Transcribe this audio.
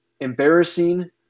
embarrassing